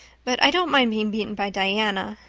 but i don't mind being beaten by diana.